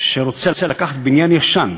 שרוצה לקחת בניין ישן,